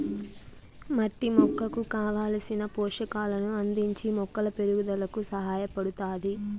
మట్టి మొక్కకు కావలసిన పోషకాలను అందించి మొక్కల పెరుగుదలకు సహాయపడుతాది